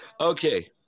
okay